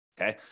Okay